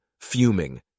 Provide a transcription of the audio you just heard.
fuming